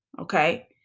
okay